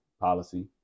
policy